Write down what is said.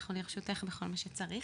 אנחנו לרשותך בכל מה שצריך.